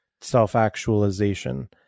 self-actualization